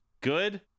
good